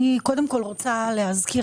אני קודם כל רוצה להזכיר,